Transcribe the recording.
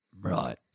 Right